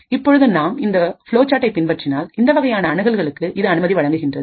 இப்பொழுது நாம் இந்த பூலோ சாட்டை பின்பற்றினால் இந்த வகையான அணுகல்களுக்கு இது அனுமதி வழங்குகின்றது